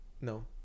No